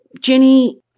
Jenny